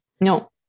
No